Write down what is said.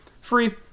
free